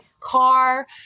car